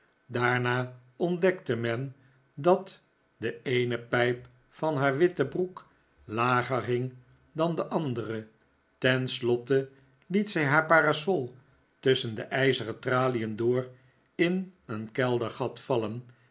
daarna ontdekte men dat de eene pijp van haar witte broek lager hing dan de andere ten slotte liet zij haar parasol tusschen de ijzeren tralien door in een keldergat vallen